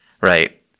Right